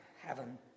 heaven